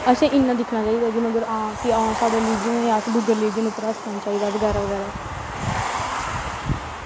ते असेंगी इन्ना दिक्खना चाहिदा की आं साढ़े रिलीज़न अस दूऐ रिलीज़न दे होना चाहिदा बगैरा बगैरा